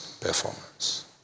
performance